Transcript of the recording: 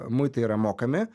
muitai yra mokami